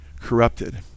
Corrupted